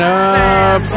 up